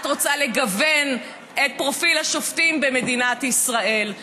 את רוצה לגוון את פרופיל השופטים במדינת ישראל.